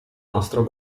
nostro